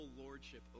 lordship